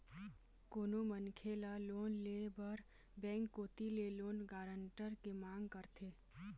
कोनो मनखे ल लोन ले बर बेंक कोती ले लोन गारंटर के मांग करथे